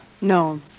No